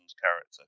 character